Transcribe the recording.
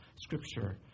Scripture